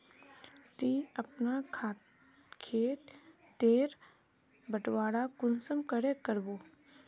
ती अपना खेत तेर बटवारा कुंसम करे करबो?